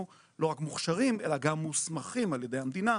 לא רק מוכשרים אלא גם מוסמכים על ידי המדינה,